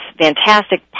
fantastic